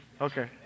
Okay